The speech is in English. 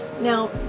Now